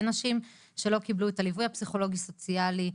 נשים שלא קיבלו את הליווי הפסיכולוגי סוציאלי,